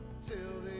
to